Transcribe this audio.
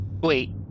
Wait